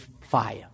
fire